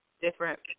different